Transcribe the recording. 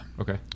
okay